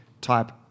type